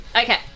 Okay